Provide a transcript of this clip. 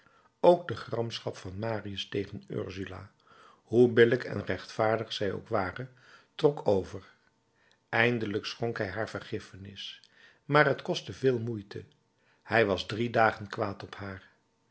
ook de gramschap van marius tegen ursula hoe billijk en rechtvaardig zij ook ware trok over eindelijk schonk hij haar vergiffenis maar t kostte veel moeite hij was drie dagen kwaad op haar